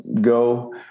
go